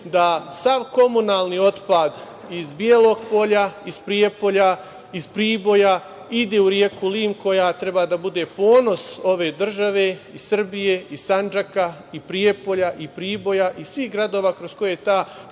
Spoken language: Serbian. da sav komunalni otpad iz Bijelog Polja, iz Prijepolja, iz Priboja ide u reku Lim, koja treba da bude ponos ove države Srbije, i Sandžaka, i Prijepolja, i Priboja i svih gradova kroz koje ta prelepa